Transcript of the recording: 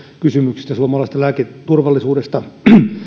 kysymyksestä suomalaisesta lääketurvallisuudesta